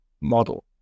model